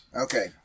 Okay